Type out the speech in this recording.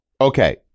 okay